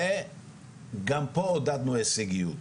וגם פה עודדנו הישגיות.